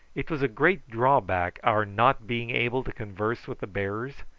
it was a great drawback our not being able to converse with the bearers,